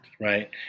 Right